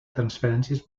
transferències